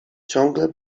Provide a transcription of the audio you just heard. ciągle